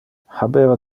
habeva